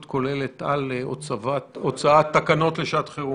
כוללת על הוצאת תקנות לשעת חירום.